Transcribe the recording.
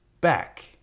back